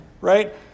right